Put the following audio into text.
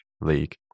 league